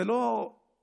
זה לא ה-100%,